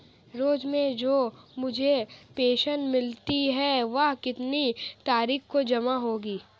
रोज़ से जो मुझे पेंशन मिलती है वह कितनी तारीख को जमा होगी?